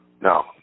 No